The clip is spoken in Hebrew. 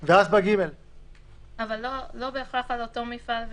אבל יש חוקים בעניין הזה ברישוי עסקים שמתכתבים עם המציאות הזאת.